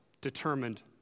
determined